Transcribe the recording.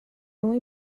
only